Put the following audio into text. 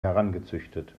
herangezüchtet